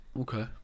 okay